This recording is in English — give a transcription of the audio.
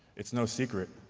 it's no secret,